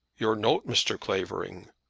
your note, mr. clavering!